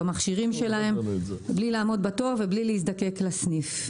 במכשירים שלהם בלי לעמוד בתור ובלי להזדקק לסניף.